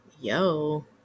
Yo